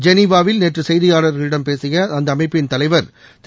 ஜெனீவாவில் நேற்று செய்தியாளர்களிடம் பேசிய அந்த அமைப்பின் தலைவர் திரு